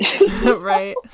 Right